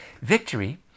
Victory